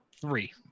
three